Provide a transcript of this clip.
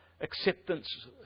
acceptance